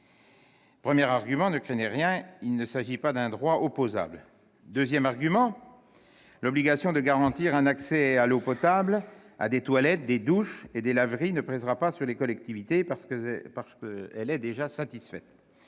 Premier argument : ne craignez rien, il ne s'agit pas d'un droit opposable. Deuxième argument : l'obligation de garantir un accès à l'eau potable, à des toilettes, des douches et des laveries ne pèsera pas sur les collectivités parce qu'elle est déjà satisfaite.